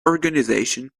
organisation